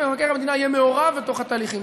אם מבקר המדינה יהיה מעורב בתוך התהליכים,